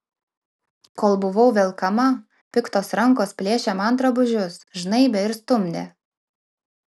kol buvau velkama piktos rankos plėšė man drabužius žnaibė ir stumdė